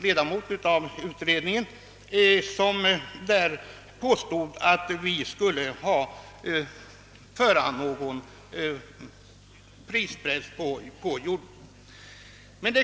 Han påstod i Konserthuset den 14 mars, att vi ville utöva prispress på jordbruket.